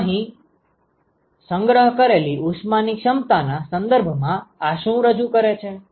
અહીં સંગ્રહ કરેલી ઉષ્મા ની ક્ષમતાના સંદર્ભમાં આ શું રજુ કરે છે